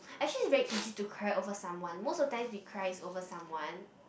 actually is very easy to cry over someone most of the time we cry is over someone